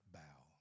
bow